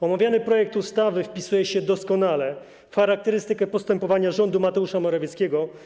Omawiany projekt ustawy wpisuje się doskonale w charakterystykę postępowania rządu Mateusza Morawieckiego.